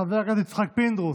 חבר הכנסת יצחק פינדרוס,